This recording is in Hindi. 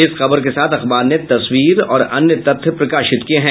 इस खबर के साथ अखबार ने तस्वीर और अन्य तथ्य प्रकाशित किये हैं